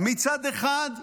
מצד אחד,